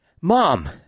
mom